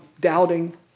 doubting